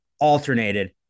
alternated